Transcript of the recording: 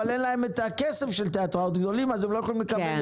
אבל אין להם את הכסף של תיאטראות גדולים אז הם לא יכולים לקבל.